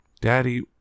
Daddy